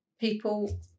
people